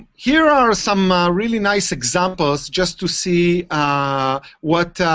here are some really nice examples, just to see what